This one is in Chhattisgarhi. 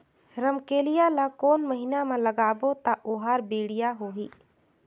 रमकेलिया ला कोन महीना मा लगाबो ता ओहार बेडिया होही?